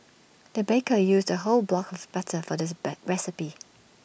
the baker used A whole block of butter for this recipe